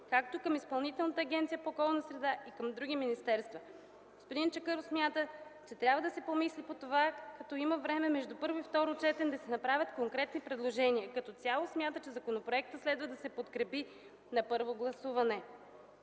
както и към Изпълнителната агенция по околна среда и към други министерства. Господин Чакъров смята, че трябва да се помисли по това, като има време между първо и второ четене да се направят конкретни предложения. Като цяло смята, че законопроектът следва да се подкрепи на първо гласуване.